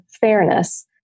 fairness